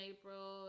April